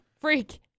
Freak